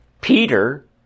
Peter